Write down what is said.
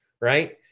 right